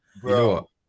Bro